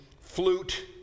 flute